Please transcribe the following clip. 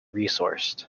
resourced